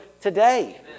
today